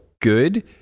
good